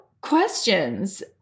questions